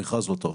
המכרז לא טוב.